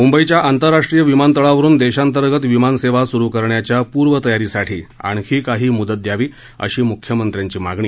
मुंबई आंतरराष्ट्रीय विमानतळावरून देशांतर्गत विमान सेवा स्रु करण्याच्या पूर्वतयारीसाठी आणखी काही म्दत द्यावी अशी म्ख्यमंत्र्यांची मागणी